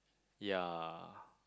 ya